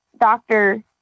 doctor